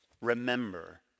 remember